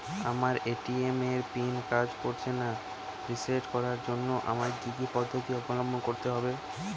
আমার এ.টি.এম এর পিন কাজ করছে না রিসেট করার জন্য আমায় কী কী পদ্ধতি অবলম্বন করতে হবে?